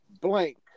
blank